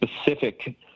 specific